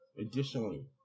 Additionally